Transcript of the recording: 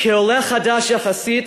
כעולה חדש, יחסית,